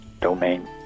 domain